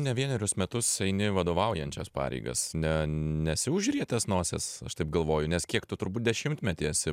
ne vienerius metus eini vadovaujančias pareigas ne nesi užrietęs nosies aš taip galvoju nes kiek tu turbūt dešimtmetį esi